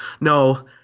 no